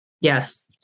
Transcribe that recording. Yes